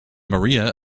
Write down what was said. maria